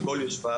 על כל יושביו,